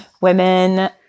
women